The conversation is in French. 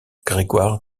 grégoire